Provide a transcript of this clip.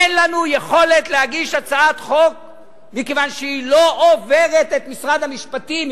אין לנו יכולת להגיש הצעת חוק מכיוון שהיא לא עוברת את משרד המשפטים.